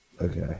Okay